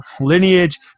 lineage